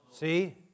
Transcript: See